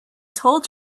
told